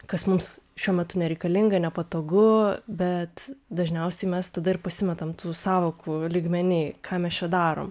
kas mums šiuo metu nereikalinga nepatogu bet dažniausiai mes tada ir pasimetam tų sąvokų lygmeny ką mes čia darom